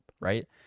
right